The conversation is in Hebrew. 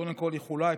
קודם כול, איחוליי.